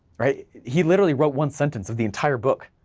right, he literally wrote one sentence of the entire book,